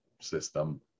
system